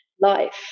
life